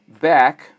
back